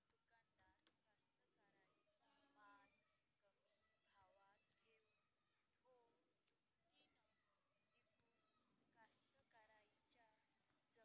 चिल्लर दुकानदार कास्तकाराइच्या माल कमी भावात घेऊन थो दुपटीनं इकून कास्तकाराइच्या जखमेवर मीठ काऊन लावते?